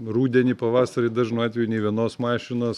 rudenį pavasarį dažnu atveju nei vienos mašinos